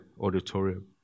auditorium